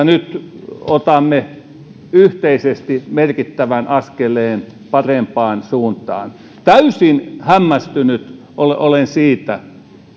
nyt otamme yhteisesti merkittävän askeleen parempaan suuntaan täysin hämmästynyt olen olen siitä